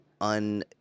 un